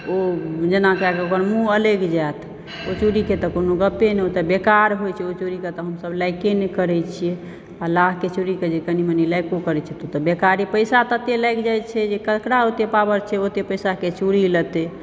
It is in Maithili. ओ जेना कयकऽ ओकर मुँह अलगि जैत ओ चूड़ीकऽ तऽ कोनो गपै नहि ओ तऽ बेकार होयत छै ओहिचूड़ीकऽ तऽ हमसभ लाइके नहि करैत छियै हँ लाहके चूड़ीकऽ जे कने मने लाइको करैत छियै तऽओ तऽ बेकारे पैसा ततय लागि जाइ छै जे ककरा ओतय पावर छै जे ओतय पैसाके चूड़ी लतय